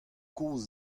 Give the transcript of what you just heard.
kozh